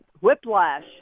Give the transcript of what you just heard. whiplash